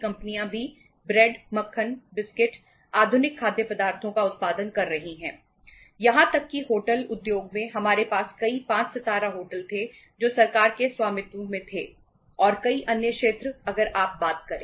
steel उद्योग में हमारे पास कई 5 सितारा होटल थे जो सरकार के स्वामित्व में थे और कई अन्य क्षेत्र अगर आप बात करें